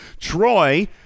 troy